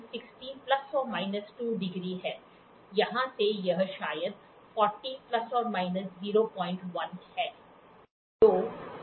कोण 60 ±2°है यहाँ से यह शायद 40 ± 01 है